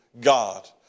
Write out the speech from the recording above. God